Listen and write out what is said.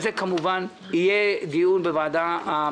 אבל על הנושא הזה של עודפי הכנסת כמובן יהיה דיון בוועדה המשותפת.